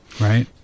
right